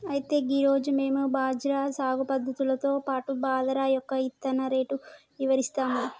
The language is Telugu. అయితే గీ రోజు మేము బజ్రా సాగు పద్ధతులతో పాటు బాదరా యొక్క ఇత్తన రేటు ఇవరిస్తాము